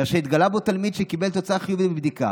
ואשר התגלה בו תלמיד שקיבל תוצאה חיובית בבדיקה,